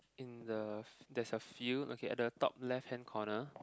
in the there's a field okay at the top left hand corner